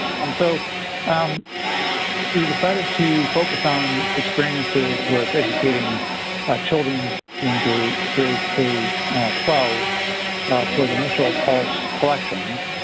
um so um we decided to focus on experiences with educating children in the grades k twelve for the initial pulse collections.